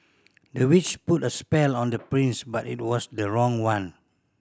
the witch put a spell on the prince but it was the wrong one